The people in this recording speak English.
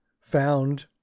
found